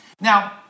Now